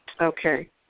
Okay